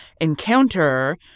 encounter